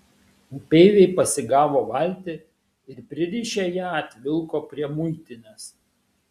upeiviai pasigavo valtį ir pririšę ją atvilko prie muitinės